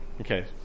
okay